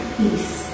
peace